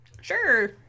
Sure